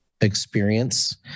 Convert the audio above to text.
experience